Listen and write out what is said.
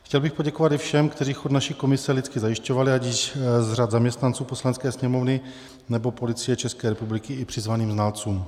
Chtěl bych poděkovat i všem, kteří chod naší komise lidsky zajišťovali, ať již z řad zaměstnanců Poslanecké sněmovny, nebo Policie České republiky, i přizvaným znalcům.